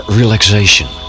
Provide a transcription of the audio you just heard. relaxation